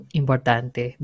importante